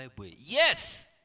Yes